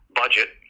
budget